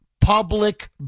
public